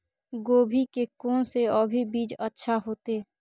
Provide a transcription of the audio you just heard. गोभी के कोन से अभी बीज अच्छा होते?